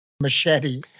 machete